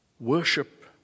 worship